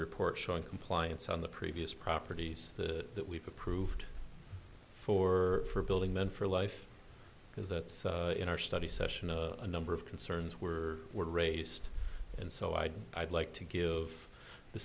report showing compliance on the previous properties that we've approved for for building men for life because that's in our study session a number of concerns were raised and so i'd i'd like to give the